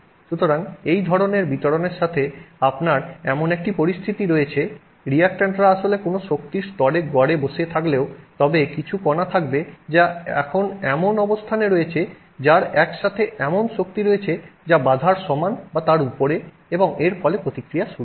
সুতরাং এই ধরণের বিতরণের সাথে আপনার এমন একটি পরিস্থিতি রয়েছে রিএ্যাক্ট্যান্টরা আসলে শক্তির কোনও স্তরে গড়ে বসে থাকলেও তবে কিছু কণা থাকবে যা এখন এমন অবস্থানে রয়েছে যার একসাথে এমন শক্তি রয়েছে যা বাধার সমান বা তার উপরে এবং এর ফলে প্রতিক্রিয়া শুরু হয়